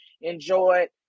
enjoyed